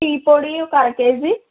tea పొడి ఒక అర కేజీ